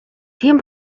тийм